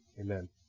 amen